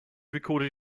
recorded